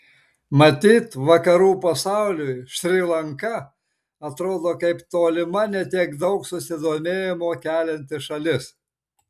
matyt vakarų pasauliui šri lanka atrodo kaip tolima ne tiek daug susidomėjimo kelianti šalis